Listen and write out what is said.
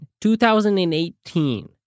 2018